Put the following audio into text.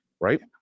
right